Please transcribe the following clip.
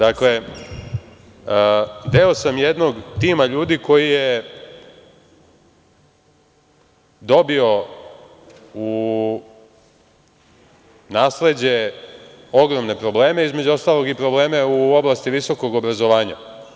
Dakle, deo sam jednog tima ljudi koji je dobio u nasleđe ogromne probleme, između ostalog i probleme u oblasti visokog obrazovanja.